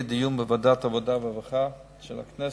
דיון בוועדת העבודה והרווחה של הכנסת.